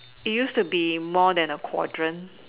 it used to be more than a quadrant